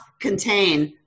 contain